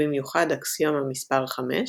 ובמיוחד אקסיומה מספר חמש,